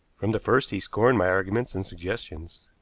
from the first he scorned my arguments and suggestions.